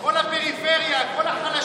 פגעתם בכל הפריפריה, בכל החלשים.